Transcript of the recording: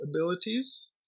abilities